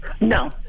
No